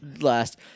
last